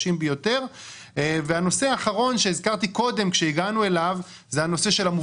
הנושא האחרון הוא הנושא של המובטלים.